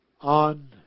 On